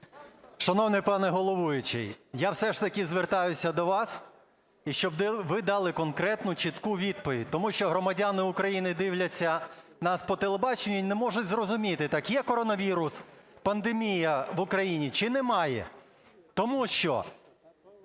Шановний пане головуючий, я все ж таки звертаюся до вас, щоб ви дали конкретну чітку відповідь, тому що громадяни України дивляться нас по телебаченню і не можуть зрозуміти: так є коронавірус, пандемія в Україні, чи немає? Тому що